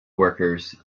workers